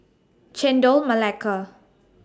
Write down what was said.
Chendol Melaka